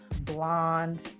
blonde